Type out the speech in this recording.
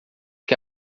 que